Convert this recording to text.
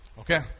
Okay